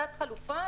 כתת-חלופה,